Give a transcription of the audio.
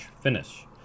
finish